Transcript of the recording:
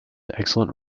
excellent